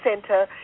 center